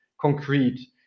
concrete